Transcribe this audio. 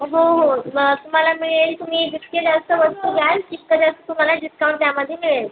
हो हो मग तुम्हाला मिळेल तुम्ही जितके जास्त वस्तू घ्याल तितकं जास्त तुम्हाला डिस्काउंट त्यामध्ये मिळेल